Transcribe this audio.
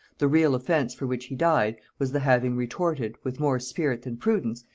the real offence for which he died, was the having retorted, with more spirit than prudence,